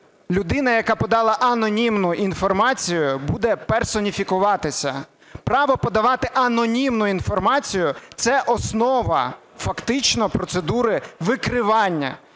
людина, яка подала анонімну інформацію, буде персоніфікуватися. Право подавати анонімну інформацію – це основа фактично процедури викривання.